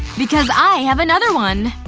because i have another one.